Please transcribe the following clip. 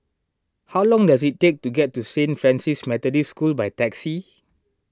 how long does it take to get to Saint Francis Methodist School by taxi